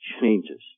changes